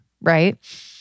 right